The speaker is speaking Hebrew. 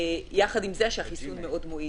למרות שהחיסון מאוד מועיל.